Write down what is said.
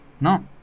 No